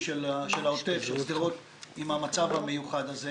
של העוטף ושדרות עם המצב המיוחד הזה